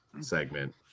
segment